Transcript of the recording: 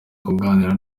kuganira